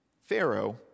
Pharaoh